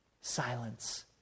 Silence